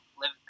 live